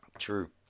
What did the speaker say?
True